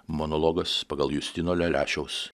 monologas pagal justino lelešiaus